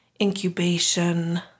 incubation